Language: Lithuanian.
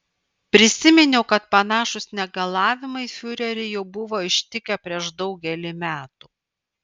prisiminiau kad panašūs negalavimai fiurerį jau buvo ištikę prieš daugelį metų